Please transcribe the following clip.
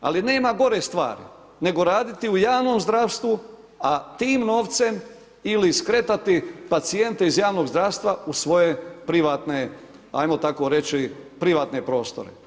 Ali nema gore stvari nego raditi u javnom zdravstvu, a tim novcem ili skretati pacijente iz javnog zdravstva u svoje privatne, ajmo tako reći privatne prostore.